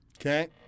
Okay